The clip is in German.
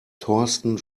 thorsten